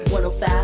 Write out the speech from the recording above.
105